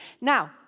Now